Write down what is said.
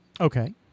Okay